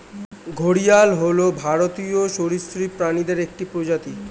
ঘড়িয়াল হল ভারতীয় সরীসৃপ প্রাণীদের একটি প্রজাতি